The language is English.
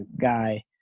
guy